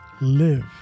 Live